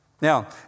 Now